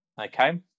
okay